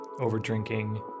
over-drinking